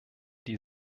die